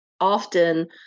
often